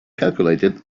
calculated